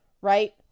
right